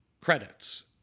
credits